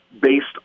based